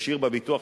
ישיר בביטוח,